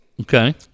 Okay